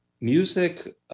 Music